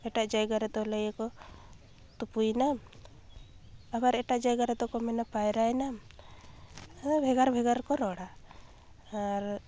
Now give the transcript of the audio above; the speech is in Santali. ᱮᱴᱟᱜ ᱡᱟᱭᱜᱟ ᱨᱮᱫᱚ ᱞᱟᱹᱭᱟᱠᱚ ᱛᱩᱯᱩᱭᱮᱱᱟᱢ ᱟᱵᱟᱨ ᱮᱴᱟᱜ ᱡᱟᱭᱜᱟ ᱨᱮᱫᱚ ᱠᱚ ᱢᱮᱱᱟ ᱯᱟᱭᱨᱟᱭᱮᱱᱟᱢ ᱟᱨ ᱵᱷᱮᱜᱟᱨ ᱵᱷᱮᱜᱟᱨ ᱠᱚ ᱨᱚᱲᱟ ᱟᱨ